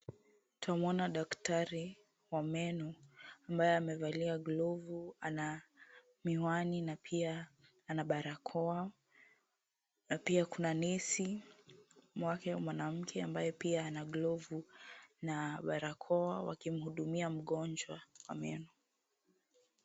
Twamwona daktari wa meno ambaye amevalia glovu ,ana miwani na pia ana barakoa, na pia kuna nesi mwanamke ambaye pia amevaa glovu wakimhudumia mgonjwa .